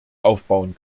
aufbauen